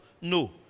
No